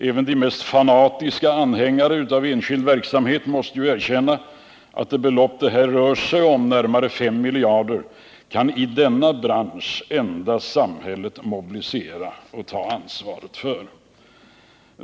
Även de mest fanatiska anhängarna av enskild verksamhet måste erkänna att det belopp det rör sig om här, närmare fem miljarder, kan i denna bransch endast samhället mobilisera och ta ansvar för.